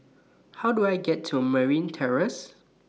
How Do I get to Merryn Terrace